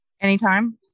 Anytime